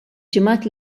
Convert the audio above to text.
ġimgħat